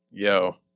Yo